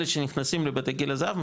אלה שנכנסים לבתי גיל הזהב,